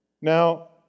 Now